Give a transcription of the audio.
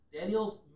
Daniel's